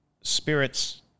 spirits